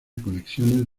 conexiones